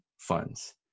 funds